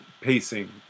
pacing